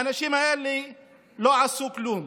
האנשים האלה לא עשו כלום.